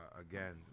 again